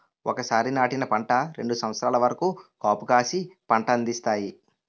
ఒకసారి నాటిన పంట రెండు సంవత్సరాల వరకు కాపుకాసి పంట అందిస్తాయి